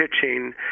pitching